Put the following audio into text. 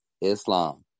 Islam